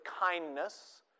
kindness